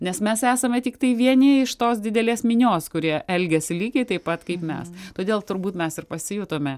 nes mes esame tiktai vieni iš tos didelės minios kurie elgiasi lygiai taip pat kaip mes todėl turbūt mes ir pasijutome